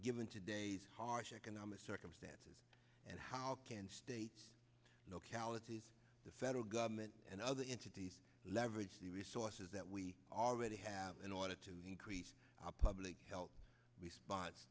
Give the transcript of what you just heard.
given today's harsh economic circumstances and how can states and localities the federal government and other entities leverage the resources that we already have in order to increase our public health response